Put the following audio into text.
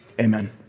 amen